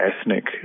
ethnic